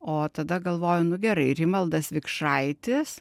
o tada galvoju nu gerai rimaldas vikšraitis